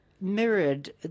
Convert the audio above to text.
mirrored